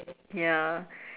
ya